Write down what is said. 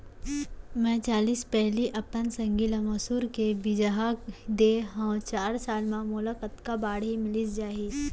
मैं चालीस पैली अपन संगी ल मसूर के बीजहा दे हव चार साल म मोला कतका बाड़ही मिलिस जाही?